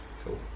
Cool